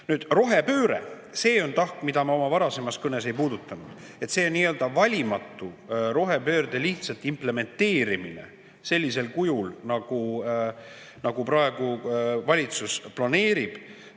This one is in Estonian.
Nüüd rohepööre. See on tahk, mida ma oma varasemas kõnes ei puudutanud. See nii-öelda valimatu rohepöörde implementeerimine sellisel kujul, nagu praegu valitsus planeerib,